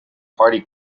party